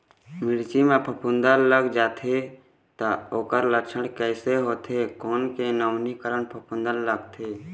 मिर्ची मा फफूंद लग जाथे ता ओकर लक्षण कैसे होथे, कोन के नवीनीकरण फफूंद लगथे?